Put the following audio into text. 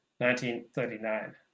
1939